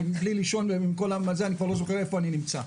אני בלי שינה ואני כבר לא זוכר איפה אני נמצא.